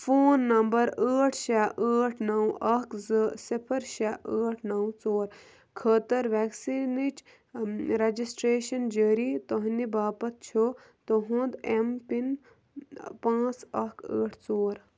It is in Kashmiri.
فون نمبر ٲٹھ شےٚ ٲٹھ نَو اَکھ زٕ صِفَر شےٚ ٲٹھ نَو ژور خٲطرٕ وٮ۪کسیٖنٕچ رجِسٹرٛیشَن جٲری تُہٕنہِ باپتھ چھُ تُہٕنٛد اٮ۪م پِن پانٛژھ اَکھ ٲٹھ ژور